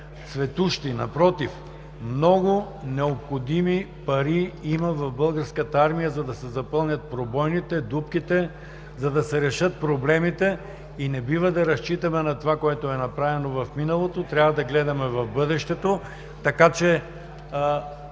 цветущи. Напротив, много необходими пари има в Българската армия, за да се запълнят пробойните, дупките, за да се решат проблемите и не бива да разчитаме на това, което е направено в миналото. Трябва да гледаме в бъдещето, така че